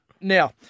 now